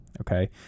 okay